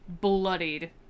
bloodied